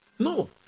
No